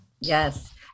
Yes